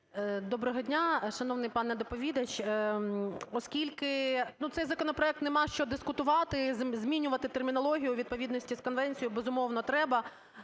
Доброго дня. Шановний пане доповідач, оскільки, ну, цей законопроект нема що дискутувати, змінювати термінологію у відповідності з конвенцією, безумовно, треба.